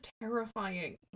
terrifying